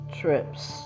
trips